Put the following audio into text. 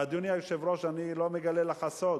ואדוני היושב-ראש, אני לא מגלה לך סוד: